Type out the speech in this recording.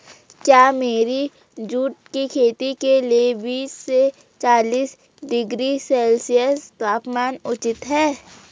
क्या मेरी जूट की खेती के लिए बीस से चालीस डिग्री सेल्सियस तापमान उचित है?